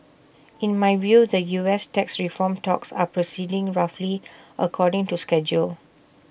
in my view the us tax reform talks are proceeding roughly according to schedule